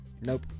nope